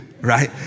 Right